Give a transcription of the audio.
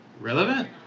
relevant